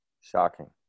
Shocking